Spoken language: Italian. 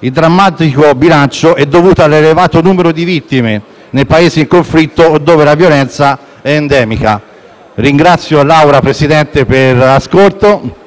Il drammatico bilancio è dovuto all'elevato numero di vittime nei Paesi in conflitto o dove la violenza è endemica. *(Brusio).* Signor Presidente, ringrazio